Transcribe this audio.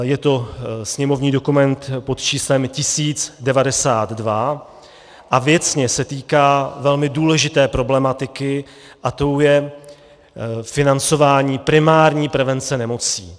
Je to sněmovní dokument pod číslem 1092 a věcně se týká velmi důležité problematiky a tou je financování primární prevence nemocí.